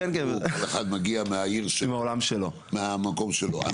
כל אחד מגיע מהעיר מהמקום שלו.